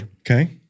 okay